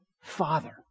Father